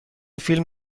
فیلم